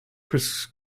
chris